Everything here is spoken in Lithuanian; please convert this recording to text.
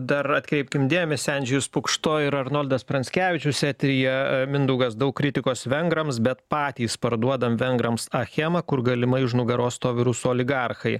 dar atkreipkim dėmesį andžejus pukšto ir arnoldas pranckevičius eteryje mindaugas daug kritikos vengrams bet patys parduodam vengrams achemą kur galimai už nugaros stovi rusų oligarchai